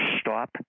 Stop